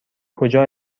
کجا